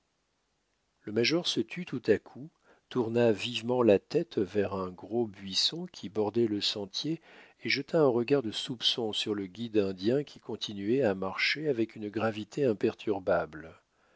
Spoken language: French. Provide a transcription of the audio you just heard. le major se tut tout à coup tourna vivement la tête vers un gros buisson qui bordait le sentier et jeta un regard de soupçon sur le guide indien qui continuait à marcher avec une gravité imperturbable